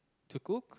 to cook